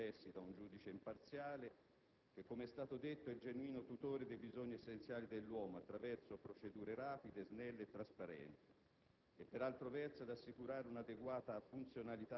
veda riconosciuti i propri diritti e tutelati i propri interessi da un giudice imparziale che, come è stato detto, è genuino tutore dei bisogni essenziali dell'uomo, attraverso procedure rapide, snelle e trasparenti,